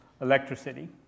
electricity